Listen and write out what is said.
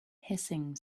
hissing